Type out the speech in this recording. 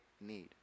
need